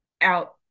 out